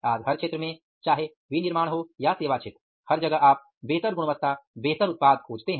आज हर क्षेत्र में चाहे विनिर्माण हो या सेवा क्षेत्र हर जगह आप बेहतर गुणवत्ता बेहतर उत्पाद खोजते हैं